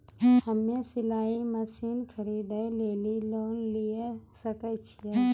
हम्मे सिलाई मसीन खरीदे लेली लोन लिये सकय छियै?